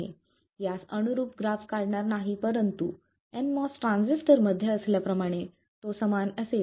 मी यास अनुरूप ग्राफ काढणार नाही परंतु nMOS ट्रान्झिस्टरमध्ये असल्याप्रमाणे तो समान असेल